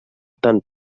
tant